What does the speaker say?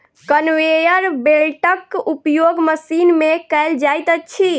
conveyor बेल्टक उपयोग machine मे कयल जाइत अछि